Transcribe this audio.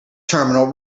terminal